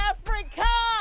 Africa